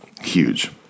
Huge